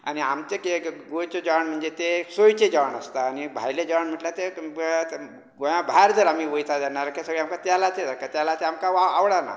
आनी आमचे कितें गोंयचें जेवण म्हणजे तें सोयेचें जेवण आसता आनी भायले जेवण म्हटल्या ते गोंया भायर जर आमी वयता तेन्ना खंय सगळें तेलाचें जाता तेलाचें आमका वा् आवडाना